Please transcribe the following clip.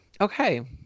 Okay